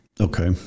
Okay